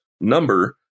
number